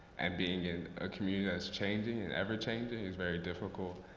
and being in a community that is changing and ever-changing is very difficult.